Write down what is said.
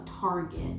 Target